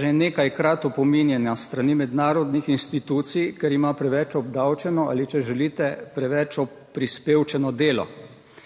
že nekajkrat opominjana s strani mednarodnih institucij, ker ima preveč obdavčeno ali če želite preveč oprispevčeno delo.